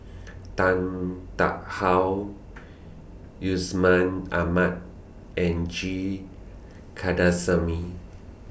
Tan Tarn How Yusman Aman and G Kandasamy